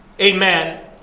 Amen